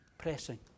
Pressing